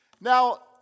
Now